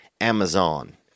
Amazon